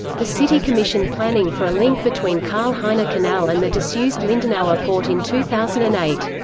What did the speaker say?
the city commissioned planning for a link between karl heine canal and the disused lindenauer ah port in two thousand and eight.